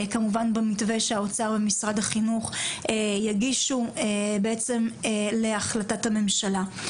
כמובן במתווה שהאוצר ומשרד החינוך יגישו בעצם להחלטת הממשלה.